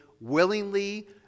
willingly